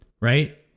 right